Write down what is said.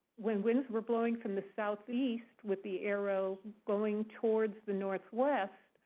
when winds were blowing from the southeast with the arrows going towards the northwest,